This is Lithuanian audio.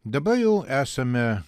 dabar jau esame